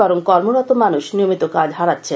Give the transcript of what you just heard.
বরং কর্মরত মানুষ নিয়মিত কাজ হারাচ্ছেন